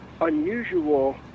unusual